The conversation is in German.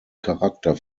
charakter